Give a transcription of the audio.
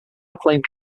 acclaimed